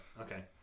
okay